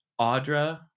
Audra